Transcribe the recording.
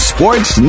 Sports